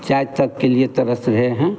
चाय तक के लिए तरस गए हैं